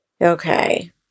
Okay